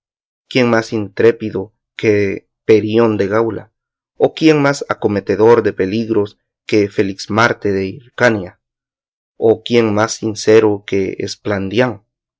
quién más intrépido que perión de gaula o quién más acometedor de peligros que felixmarte de hircania o quién más sincero que